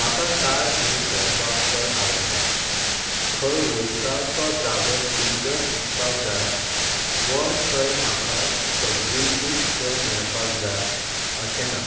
म्हाका कार घेवन भोंवपाक चड आवडटा खंय वयता तो जागो सुंदर दिसपाक जाय हो थंय म्हाका सगळी सुख सय मेळपाक जाय अशें ना